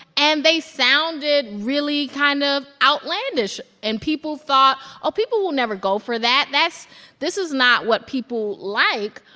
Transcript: and they sounded really kind of outlandish. and people thought, oh, ah people will never go for that. that's this is not what people like.